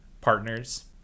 partners